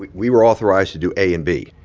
we we were authorized to do a and b,